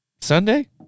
Sunday